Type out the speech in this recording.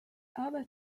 other